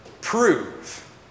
prove